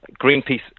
Greenpeace